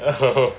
(uh huh)